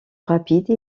rapide